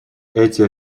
эти